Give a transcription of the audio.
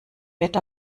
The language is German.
bett